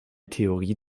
theorie